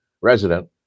resident